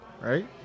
right